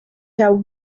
der